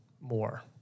more